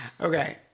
Okay